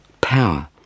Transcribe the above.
power